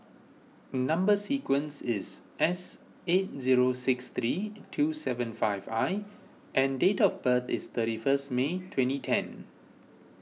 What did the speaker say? Number Sequence is S eight zero six three two seven five I and date of birth is thirty first May twenty ten